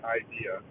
idea